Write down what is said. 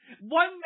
One